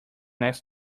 last